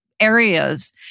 areas